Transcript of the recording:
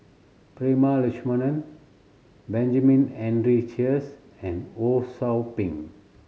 Prema Letchumanan Benjamin Henry Sheares and Ho Sou Ping